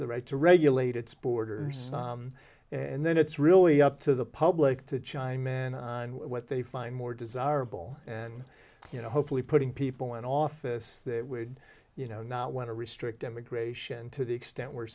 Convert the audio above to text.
the right to regulate its borders and then it's really up to the public to chime in on what they find more desirable and you know hopefully putting people in office that would you know not want to restrict immigration to the extent we're